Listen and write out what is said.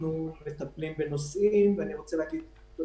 זה